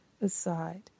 aside